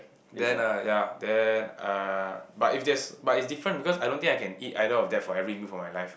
then uh ya then uh but if there's but it's different because I don't think I can either of that for every meal of my life